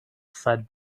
said